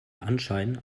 anschein